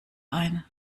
ein